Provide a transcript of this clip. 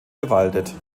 bewaldet